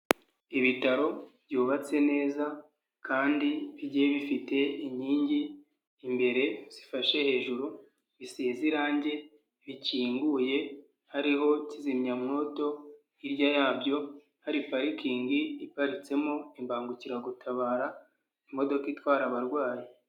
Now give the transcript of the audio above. Ibitaro byubatse neza kandi bigiye bifite inkingi imbere zifashe hejuru, bisize irangi, bikinguye, hariho kizimyamwoto, hirya yabyo hari parikingi iparitsemo imbangukiragutabara, imodoka itwara abarwayi.